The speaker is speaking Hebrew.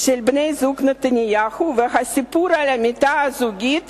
של בני-הזוג נתניהו והסיפור על המיטה הזוגית